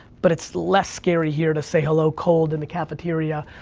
but it's less scary here to say hello cold in the cafeteria,